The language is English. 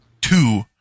two